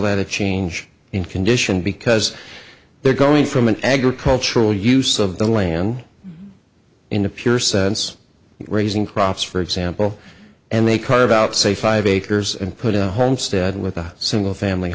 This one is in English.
that a change in condition because they're going from an agricultural use of the land in a pure sense raising crops for example and they carve out say five acres and put a homestead with a single family